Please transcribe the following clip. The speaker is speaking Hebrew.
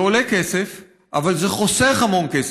זה עולה כסף אבל זה חוסך המון כסף,